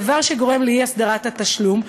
דבר שגורם לאי-הסדרת התשלום,